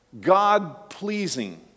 God-pleasing